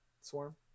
Swarm